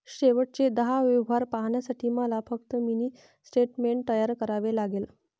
शेवटचे दहा व्यवहार पाहण्यासाठी मला फक्त मिनी स्टेटमेंट तयार करावे लागेल